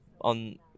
on